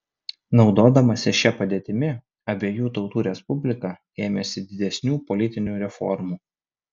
naudodamasi šia padėtimi abiejų tautų respublika ėmėsi didesnių politinių reformų